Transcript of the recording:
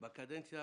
כלומר